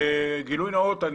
גילוי נאות,